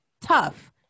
tough